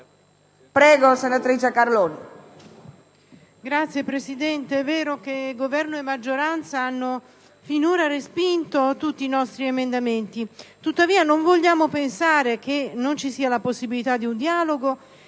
Signora Presidente, è vero che Governo e maggioranza hanno finora respinto tutti i nostri emendamenti. Tuttavia, non vogliamo pensare che non ci sia la possibilità di un dialogo,